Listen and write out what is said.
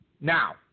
Now